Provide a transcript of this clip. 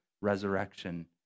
resurrection